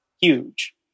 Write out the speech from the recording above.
huge